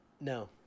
No